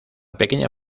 pequeña